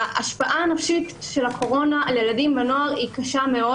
ההשפעה הנפשית של הקורונה על ילדים ונוער היא קשה מאוד.